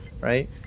right